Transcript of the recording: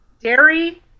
dairy